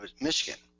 Michigan